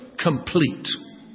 complete